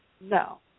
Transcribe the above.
no